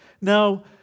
Now